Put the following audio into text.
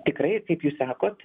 tikrai kaip jūs sakot